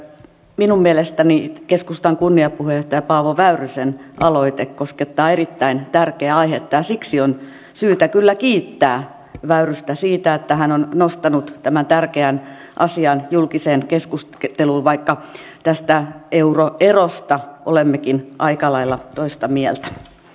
minun mielestäni keskustan kunniapuheenjohtaja paavo väyrysen aloite koskettaa erittäin tärkeää aihetta ja siksi on syytä kyllä kiittää väyrystä siitä että hän on nostanut tämän tärkeän asian julkiseen keskusteluun vaikka tästä euroerosta olemmekin aika lailla toista mieltä